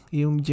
yung